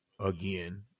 again